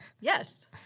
Yes